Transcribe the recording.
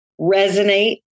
resonate